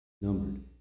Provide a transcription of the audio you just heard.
numbered